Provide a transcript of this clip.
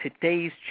Today's